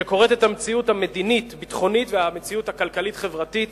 שקוראת את המציאות המדינית-ביטחונית והמציאות הכלכלית-חברתית